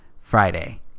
Friday